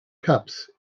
cups